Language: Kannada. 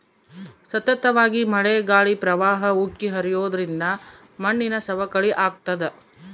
ಸತತವಾಗಿ ಮಳೆ ಗಾಳಿ ಪ್ರವಾಹ ಉಕ್ಕಿ ಹರಿಯೋದ್ರಿಂದ ಮಣ್ಣಿನ ಸವಕಳಿ ಆಗ್ತಾದ